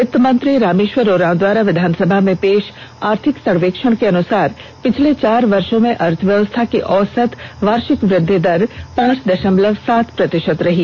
वित्तमंत्री रामेश्वर उरांव द्वारा विधानसभा में पेश आर्थिक सर्वेक्षण के अनुसार पिछले चार वर्षो में अर्थव्यवस्था की औसत वार्षिक वृद्धि दर पांच दशमलव सात प्रतिशत रही